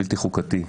בלתי חוקתי,